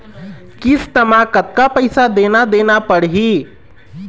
किस्त म कतका पैसा देना देना पड़ही?